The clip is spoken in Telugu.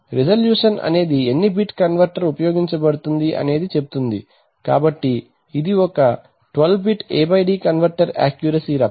రిసల్యూషన్ అనేది ఎన్ని బిట్ కన్వర్టర్ ఉపయోగించబడుతోంది అనేది చెప్తుంది కాబట్టి ఇది ఒక 12 బిట్ AD కన్వర్టర్ యాక్యురసీ రకం